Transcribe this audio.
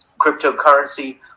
cryptocurrency